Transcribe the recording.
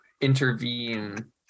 intervene